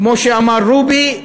כמו שאמר רובי: